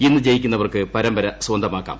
ഇന്ന് ജയിക്കുന്നവർക്ക് പരമ്പര സ്വന്തമാക്കാം